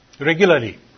regularly